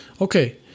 okay